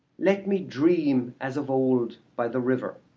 let me dream as of old by the river,